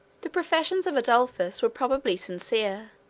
the professions of adolphus were probably sincere,